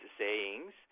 sayings